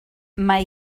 mae